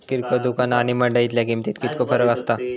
किरकोळ दुकाना आणि मंडळीतल्या किमतीत कितको फरक असता?